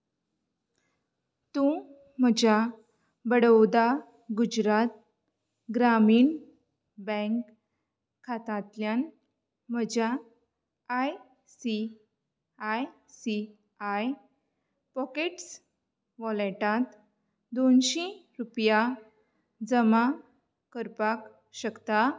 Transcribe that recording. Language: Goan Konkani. तूं म्हज्या बडोदा गुजरात ग्रामीण बँक खातांतल्यान म्हज्या I C I C I pockets वॉलेटांत दोनशीं रूपया जमा करपाक शकता